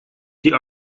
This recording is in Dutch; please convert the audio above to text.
die